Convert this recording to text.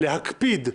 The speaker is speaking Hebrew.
להקפיד,